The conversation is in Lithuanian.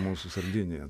mūsų sardinija